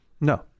No